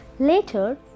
Later